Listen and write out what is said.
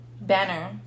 Banner